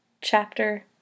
Chapter